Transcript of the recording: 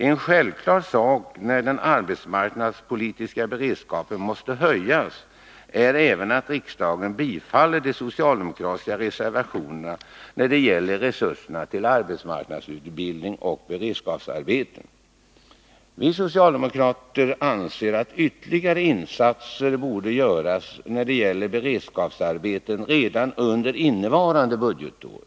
En självklar sak när den arbetsmarknadspolitiska beredskapen måste höjas är även att riksdagen bifaller de socialdemokratiska reservationerna då det gäller resurserna för arbetsmarknadsutbildning och beredskapsarbeten. Vi socialdemokrater anser att ytterligare insatser borde göras avseende beredskapsarbeten redan under innevarande budgetår.